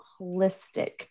holistic